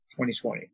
2020